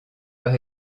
par